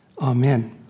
Amen